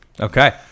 Okay